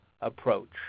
approach